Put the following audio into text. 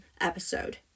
episode